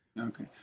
Okay